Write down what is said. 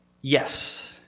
Yes